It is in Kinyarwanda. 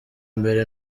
mbere